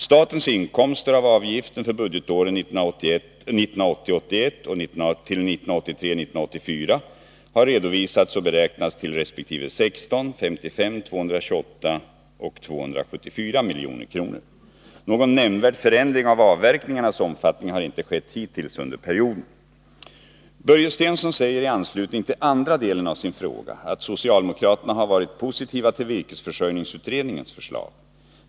Statens inkomster av avgiften för budgetåren 1980 84 har redovisats och beräknats till resp. 16, 55, 228 och 274 milj.kr. Någon nämnvärd förändring erkningarnas omfattning har inte skett hittills under perioden. Börje Stensson säger i anslutning till andra delen av sin fråga att socialdemokraterna har varit positiva till virkesförsörjningsutredningens förslag.